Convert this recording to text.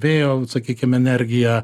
vėjo sakykim energija